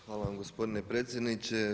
Hvala vam gospodine predsjedniče.